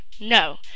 no